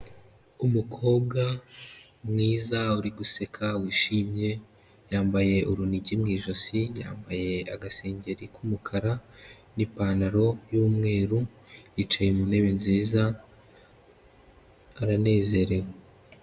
Umukobwa mwiza uri guseka wishimye, yambaye urunigi mu ijosi, yambaye agasengeri k'umukara n'ipantaro y'umweru yicaye mu ntebe nziza aranezerewe.